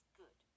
good